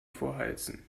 vorheizen